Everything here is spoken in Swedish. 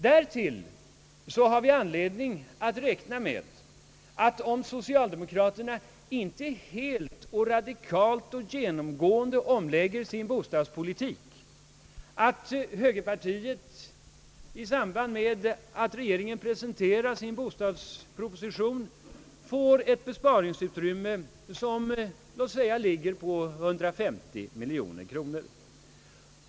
Vidare har vi anledning räkna med att om socialdemokraterna inte radikalt och genomgripande lägger om sin bostadspolitik så får högerpartiet i samband med att regeringen presenterar sin bostadsproposition ett besparingsutrymme på låt oss säga 150 miljoner kronor.